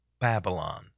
Babylon